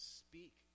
speak